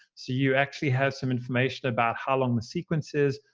so you actually have some information about how long the sequence is,